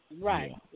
Right